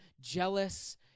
jealous